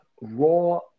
raw